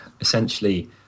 essentially